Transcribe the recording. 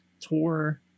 tour